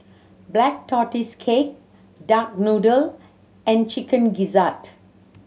Black Tortoise Cake duck noodle and Chicken Gizzard